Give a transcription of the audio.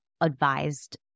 advised